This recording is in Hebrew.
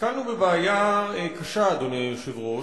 נתקלנו בבעיה קשה, אדוני היושב-ראש,